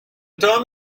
term